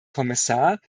kommissar